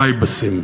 חיב"סים,